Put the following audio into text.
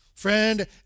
Friend